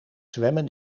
zwemmen